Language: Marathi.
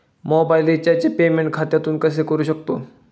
मोबाइल रिचार्जचे पेमेंट खात्यातून कसे करू शकतो?